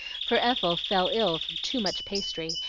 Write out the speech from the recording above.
for ethel fell ill from too much pastry,